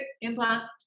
Implants